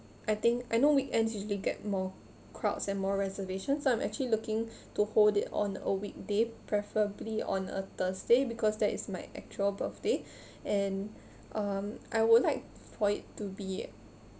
I think I know weekends usually get more crowds and more reservations so I'm actually looking to hold it on a weekday preferably on a thursday because that is my actual birthday and um I would like for it to be